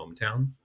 hometown